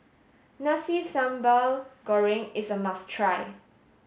Nasi Sambal Goreng is a must try